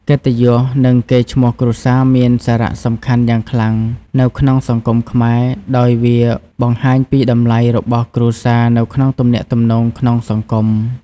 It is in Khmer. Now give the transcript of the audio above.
កិត្តិយស និងកេរ្តិ៍ឈ្មោះគ្រួសារមានសារៈសំខាន់យ៉ាងខ្លាំងនៅក្នុងសង្គមខ្មែរ ដោយវាបង្ហាញពីតម្លៃរបស់គ្រួសារនៅក្នុងទំនាក់ទំនងក្នុងសង្គម។